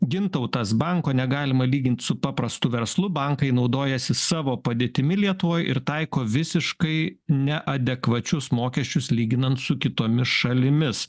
gintautas banko negalima lygint su paprastu verslu bankai naudojasi savo padėtimi lietuvoj ir taiko visiškai neadekvačius mokesčius lyginant su kitomis šalimis